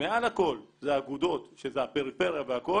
מעל הכול זה האגודות, שזה הפריפריה והכול.